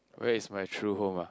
where is my true home ah